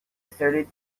asserted